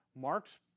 Mark's